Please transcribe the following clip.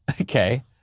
Okay